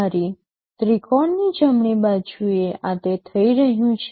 તમારી ત્રિકોણની જમણી બાજુએ આ તે થઈ રહ્યું છે